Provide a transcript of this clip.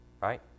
right